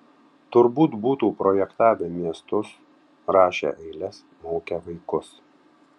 turbūt būtų projektavę miestus rašę eiles mokę vaikus